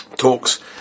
talks